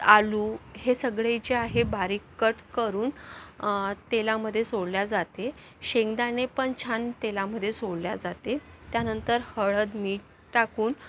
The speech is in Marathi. आलू हे सगळे जे आहे बारीक कट करून तेलामध्ये सोडलं जाते शेंगदाणे पण छान तेलामध्ये सोडलं जाते त्यानंतर हळद मीठ टाकून